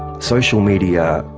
social media,